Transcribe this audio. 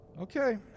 Okay